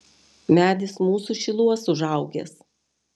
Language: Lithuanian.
medis mūsų šiluos užaugęs